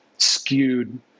skewed